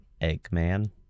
Eggman